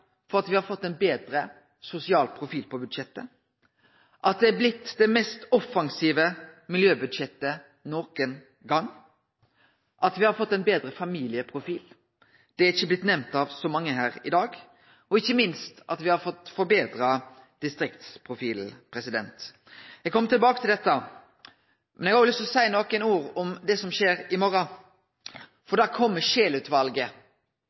for at me har fått ein betre sosial profil på budsjettet, at det er blitt det mest offensive miljøbudsjettet nokon gong, at me har fått ein betre familieprofil – det har ikkje blitt nemnt av så mange her i dag – og ikkje minst at me har fått forbetra distriktsprofilen. Eg kjem tilbake til dette. Men eg har òg lyst til å seie nokre ord om det som skjer i morgon.